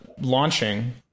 launching